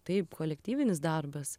taip kolektyvinis darbas